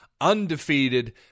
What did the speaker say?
undefeated